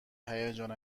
هیجان